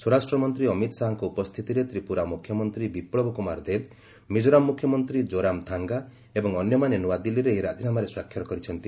ସ୍ୱରାଷ୍ଟ୍ର ମନ୍ତ୍ରୀ ଅମିତ୍ ଶାହାଙ୍କ ଉପସ୍ଥିତିରେ ତ୍ରିପୁରା ମୁଖ୍ୟମନ୍ତ୍ରୀ ବିପ୍ଳବ କୁମାର ଦେବ ମିଳୋରାମ୍ ମୁଖ୍ୟମନ୍ତ୍ରୀ ଜୋରାମ୍ଥାଙ୍ଗା ଏବଂ ଅନ୍ୟମାନେ ନ୍ତଆଦିଲ୍ଲୀରେ ଏହି ରାଜିନାମାରେ ସ୍ୱାକ୍ଷର କରିଛନ୍ତି